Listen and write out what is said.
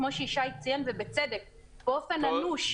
כפי שישי ציין ובצדק באופן אנוש.